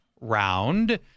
round